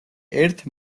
ერთ